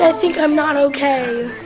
ah think i'm not okay.